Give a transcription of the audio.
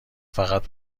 فقط